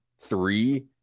three